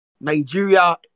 Nigeria